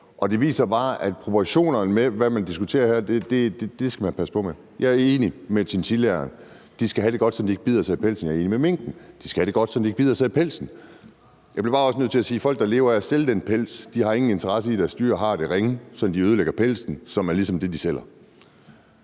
passe på med proportionerne, når man diskuterer her. Jeg er enig med hensyn til chinchillaer. De skal have det godt, så de ikke bider sig i pelsen. Jeg er enig med hensyn til mink. De skal have det godt, så de ikke bider sig i pelsen. Jeg bliver bare også nødt til at sige, at folk, der lever af at sælge den pels, ikke har nogen interesse i, at deres dyr har det ringe, for det ødelægger pelsen, som ligesom er det, de sælger.